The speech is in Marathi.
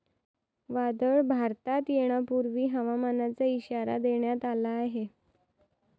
वादळ भारतात येण्यापूर्वी हवामानाचा इशारा देण्यात आला आहे